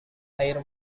air